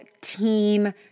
team